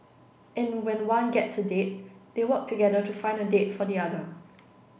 and when one gets a date they work together to find a date for the other